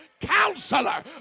Counselor